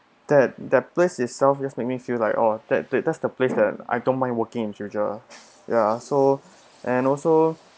that that place itself just make me feel like oh that that that's the place that I don't mind working in future lah ya so and also